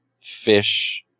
fish